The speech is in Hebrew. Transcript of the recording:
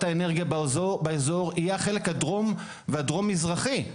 האנרגיה באזור היא החלק הדרום והדרום מזרחי.